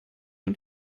und